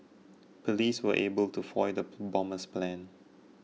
police were able to foil the bomber's plans